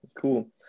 Cool